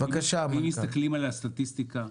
אם מסתכלים על הסטטיסטיקה,